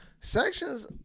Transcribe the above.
Sections